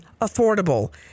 affordable